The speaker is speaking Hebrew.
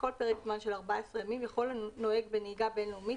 בכל פרק זמן של 14 ימים יכול נוהג בנהיגה בין- לאומית